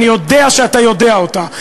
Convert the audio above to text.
אני יודע שאתה יודע אותה,